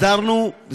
הסדרנו,